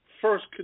first